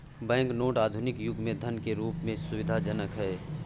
bank note आधुनिक युग में धन के रूप में सुविधाजनक हैं